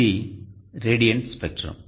ఇది radiant spectrum